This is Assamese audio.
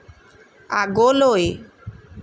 আগলৈ